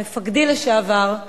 מפקדי לשעבר,